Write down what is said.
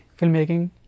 filmmaking